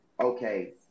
okay